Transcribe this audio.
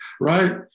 right